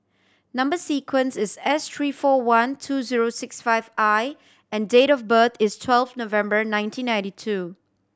number sequence is S three four one two zero six five I and date of birth is twelve November nineteen ninety two